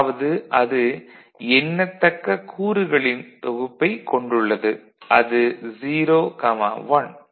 அதாவது அது எண்ணத்தக்க கூறுகளின் தொகுப்பைக் கொண்டுள்ளது - அது 0 1